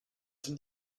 sind